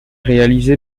réalisé